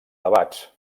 debats